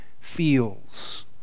feels